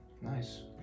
Nice